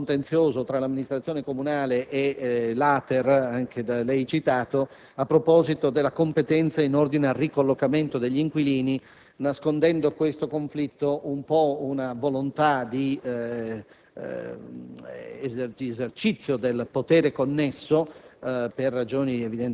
Nel caso stesso delle azioni di bonifica, è in corso un contenzioso tra l'amministrazione comunale e l'ATER, citato anche dal Sottosegretario, a proposito della competenza in ordine al ricollocamento degli inquilini, nascondendo questo conflitto, da un lato, una volontà di